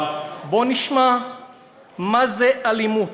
אבל בוא נשמע מה זה אלימות,